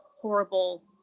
horrible